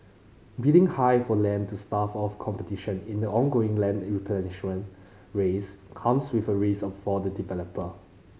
bidding high for land to stave off competition in the ongoing land race comes with a risk for the developer